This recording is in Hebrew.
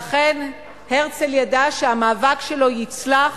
ואכן, הרצל ידע שהמאבק שלו יצלח